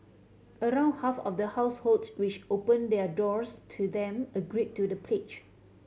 around half of the households which open their doors to them agree to the pledge